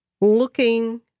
looking